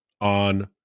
on